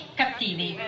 cattivi